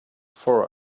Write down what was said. for